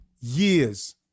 years